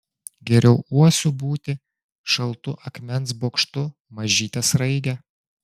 geriau uosiu būti šaltu akmens bokštu mažyte sraige